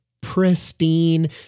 pristine